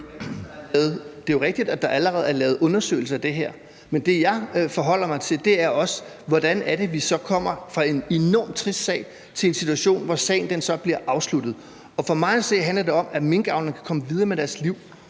Det er jo rigtigt, at der allerede er lavet undersøgelser af det her. Men det, jeg forholder mig til, er også, hvordan det så er, vi kommer fra en enormt trist sag til en situation, hvor sagen bliver afsluttet. For mig at se handler det om, at minkavlerne kan komme videre med deres liv,